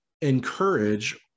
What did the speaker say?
encourage